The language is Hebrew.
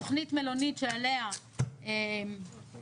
תכנית מלונית שעליה התאמנו,